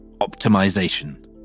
optimization